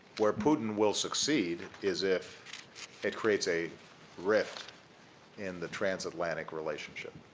where putin will succeed is if it creates a rift in the transatlantic relationship.